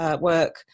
work